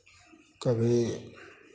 कभी